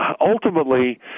ultimately